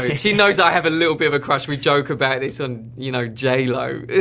i mean she knows that i have a little bit of a crush, we joke about this, on, you know, j. lo.